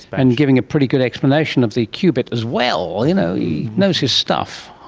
and giving a pretty good explanation of the qubit as well. you know he knows his stuff,